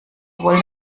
wollen